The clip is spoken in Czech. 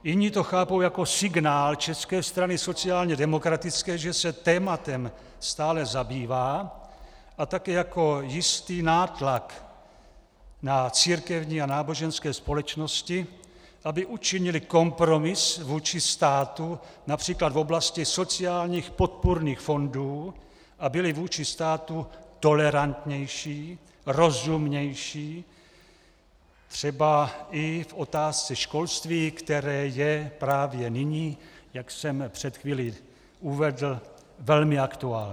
Jiní to chápou jako signál České strany sociálně demokratické, že se tématem stále zabývá, a taky jako jistý nátlak na církevní a náboženské společnosti, aby učinily kompromis vůči státu, například v oblasti sociálních podpůrných fondů, a byly vůči státu tolerantnější, rozumnější, třeba i v otázce školství, které je právě nyní, jak jsem před chvílí uvedl, velmi aktuální.